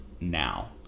now